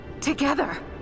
together